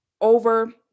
over